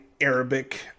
Arabic